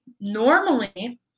normally